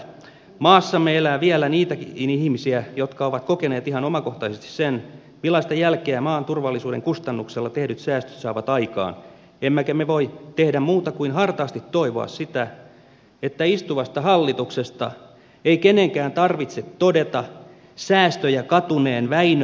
maassamme elää vielä niitäkin ihmisiä jotka ovat kokeneet ihan omakohtaisesti sen millaista jälkeä maan turvallisuuden kustannuksella tehdyt säästöt saavat aikaan emmekä me voi tehdä muuta kuin hartaasti toivoa sitä että istuvasta hallituksesta ei kenenkään tarvitse todeta säästöjä katuneen väinö tannerin tavoin